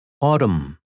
Autumn